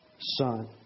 son